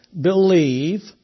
believe